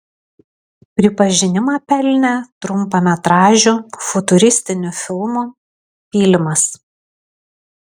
pripažinimą pelnė trumpametražiu futuristiniu filmu pylimas